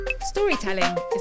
Storytelling